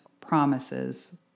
promises